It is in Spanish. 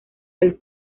del